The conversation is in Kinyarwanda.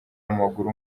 w’amaguru